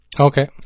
Okay